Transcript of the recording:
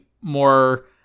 more